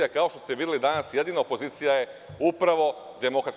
Kao što ste videli, danas je jedina opozicija upravo DS.